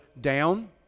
down